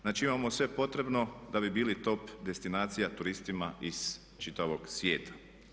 Znači imamo sve potrebno da bi bili top destinacija turistima iz čitavog svijeta.